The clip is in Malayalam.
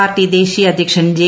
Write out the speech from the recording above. പാർട്ടി ദേശീയ അധ്യക്ഷൻ ജെ